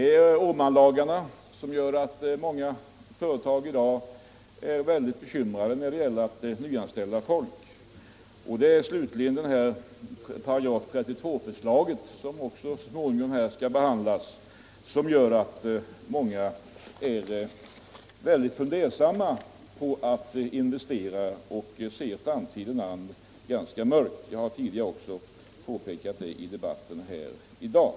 Vidare gör Åmanlagarna att många företagare i dag är mycket betänksamma när det gäller att nyanställa arbetskraft. Slutligen gör också förslaget om § 32 - som också kommer att behandlas här i vår — att många tvekar att investera och ser framtiden ganska mörk. Även den saken har jag tidigare påpekat i dagens debatt.